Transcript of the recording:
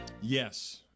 Yes